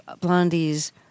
Blondie's